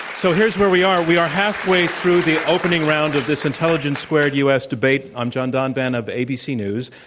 so here is where we are, we are halfway through the opening round of this intelligence squared us debate, i'm john donvan of abc news.